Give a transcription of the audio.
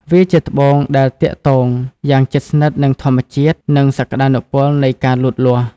វាជាត្បូងដែលទាក់ទងយ៉ាងជិតស្និទ្ធនឹងធម្មជាតិ និងសក្តានុពលនៃការលូតលាស់។